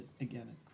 again